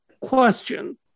question